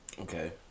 Okay